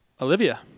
olivia